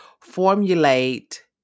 formulate